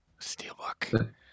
Steelbook